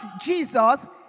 Jesus